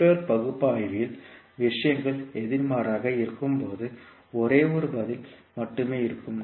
network பகுப்பாய்வில் விஷயங்கள் எதிர்மாறாக இருக்கும்போது ஒரே ஒரு பதில் மட்டுமே இருக்கும்